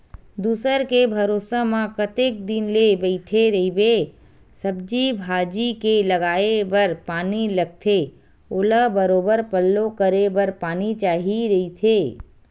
दूसर के भरोसा म कतेक दिन ले बइठे रहिबे, सब्जी भाजी के लगाये बर पानी लगथे ओला बरोबर पल्लो करे बर पानी चाही रहिथे